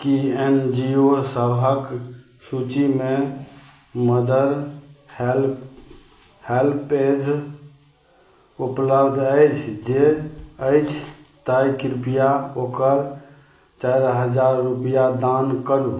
कि N G O सबके सूचिमे मदर हेल्प हेल्पएज उपलब्ध अछि जे अछि ताहि कृपया ओकर चारि हजार रुपैआ दान करू